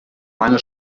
mangel